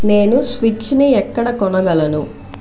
నేను స్విచ్ని ఎక్కడ కొనగలను